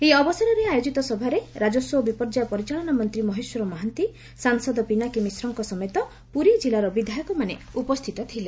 ଏହି ଅବସରେ ଆୟୋଜିତ ସଭାରେ ରାକସ୍ୱ ଓ ବିପର୍ଯ୍ୟୟ ପରିଚାଳନା ମନ୍ତୀ ମହେଶ୍ୱର ମହାନ୍ତି ସାଂସଦ ପିନାକୀ ମିଶ୍ରଙ୍କ ସମେତ ପୁରୀ ଜିଲ୍ଲାର ବିଧାୟକମାନେ ଉପସ୍ରିତ ଥିଲେ